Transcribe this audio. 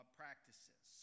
practices